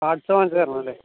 parts വാങ്ങിച്ച് തരണമല്ലേ